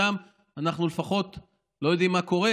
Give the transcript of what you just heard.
ששם אנחנו לפחות לא יודעים מה קורה,